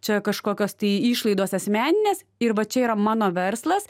čia kažkokios tai išlaidos asmeninės ir va čia yra mano verslas